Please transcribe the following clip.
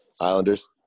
Islanders